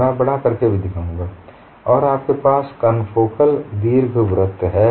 मै बडा करके भी और दिखाऊँगा आपके पास कन्फोकल दीर्घवृत्त है